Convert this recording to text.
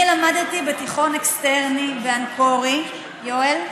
אני למדתי בתיכון אקסטרני, באנקורי, יואל.